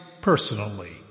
personally